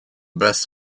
best